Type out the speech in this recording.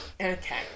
Okay